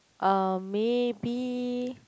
uh maybe